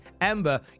Ember